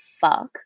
fuck